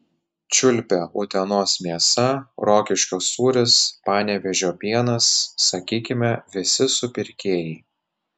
čiulpia utenos mėsa rokiškio sūris panevėžio pienas sakykime visi supirkėjai